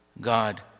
God